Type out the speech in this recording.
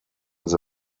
the